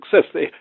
success